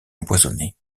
empoisonnée